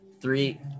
Three